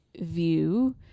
view